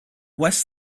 west